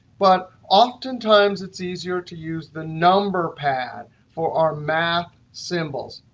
but oftentimes, it's easier to use the number pad for our math symbols.